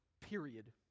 period